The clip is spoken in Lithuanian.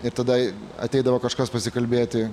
ir tada ateidavo kažkas pasikalbėti